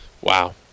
Wow